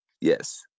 yes